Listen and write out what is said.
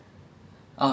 nop